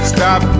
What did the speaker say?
Stop